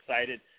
excited